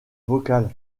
vocale